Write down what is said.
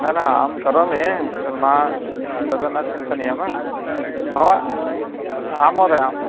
न न अहं करोमि तद् मा तद् न चिन्तनीयं भवा आं महोदय आम्